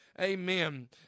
amen